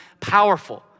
Powerful